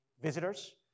visitors